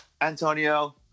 antonio